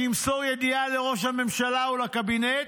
שימסור ידיעה לראש הממשלה או לקבינט,